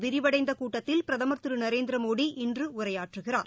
விரிவடைந்த கூட்டத்தில் பிரதமர் திரு நரேந்திரமோடி இன்று உரையாற்றுகிறார்